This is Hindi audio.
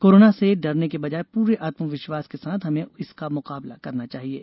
कोरोना से डरने के बजाय पूरे आत्मविश्वास के साथ हमें इसका मुकाबला करना चाहिये